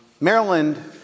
Maryland